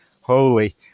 holy